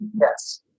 yes